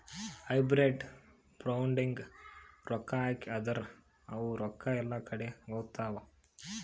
hybrid ಫಂಡ್ನಾಗ್ ರೊಕ್ಕಾ ಹಾಕಿ ಅಂದುರ್ ಅವು ರೊಕ್ಕಾ ಎಲ್ಲಾ ಕಡಿ ಹೋತ್ತಾವ್